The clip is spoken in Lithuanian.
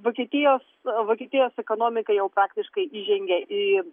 vokietijos vokietijos ekonomika jau praktiškai įžengė į